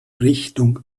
richtung